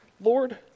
Lord